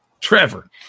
Trevor